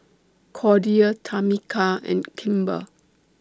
Cordia Tamika and Kimber